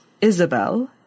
Isabel